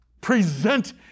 present